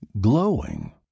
glowing